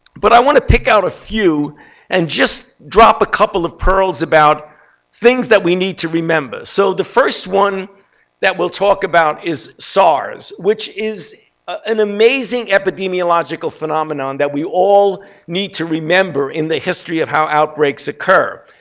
but i want to pick out a few and just drop a couple of pearls about things that we need to remember. so the first one that we'll talk about is sars, which is an amazing epidemiological phenomenon that we all need to remember in the history of how outbreaks occur.